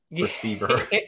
receiver